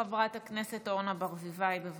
חברת הכנסת אורנה ברביבאי, בבקשה.